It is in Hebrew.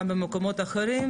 גם במקומות אחרים,